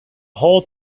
whole